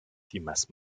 timas